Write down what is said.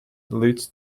leads